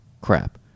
Crap